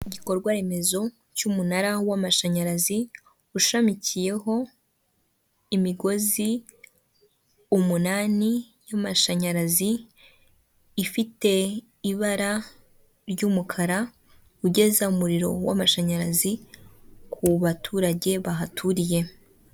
Urupapuro rw'umweru cyangwa se rwera rwanditsweho amagambo ibishushanyo ndetse n'andi mabara atandukanye, handitsweho amagambo yiganjemo umukara, ay'ubururu ay'umweru ndetse akaba ariho agashushanya ka mudasobwa, hariho n'andi mabara atandukanye y'umutuku, ubururu ashushanyijemo inyoni y'umweru ndetse hakaba ashushanyijeho amabara y'ubururu, umutuku umuhondo ndetse n'icyatsi y'ibendera ry'u Rwanda.